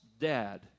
dad